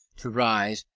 to rise,